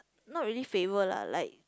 not really favour lah like